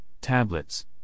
tablets